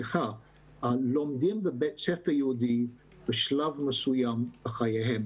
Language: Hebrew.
לומדים בבתי ספר יהודי בשלב מסוים בחייהם.